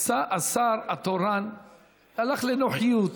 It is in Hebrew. השר התורן הלך לנוחיות.